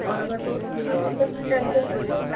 اور اگر دو سے تین دن میں کوئی ٹینشن تو نہیں ہوگی